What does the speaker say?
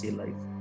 life